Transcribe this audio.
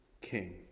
king